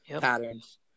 patterns